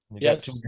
Yes